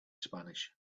spanish